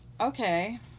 okay